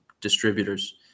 distributors